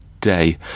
day